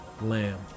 lamb